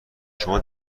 شما